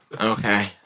Okay